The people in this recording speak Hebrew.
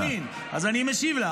יסמין, אז אני משיב לך.